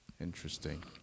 Interesting